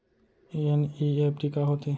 NEFT का होथे?